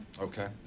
okay